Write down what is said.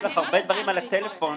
יש לך הרבה דברים על הטלפון,